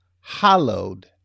hallowed